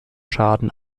schaden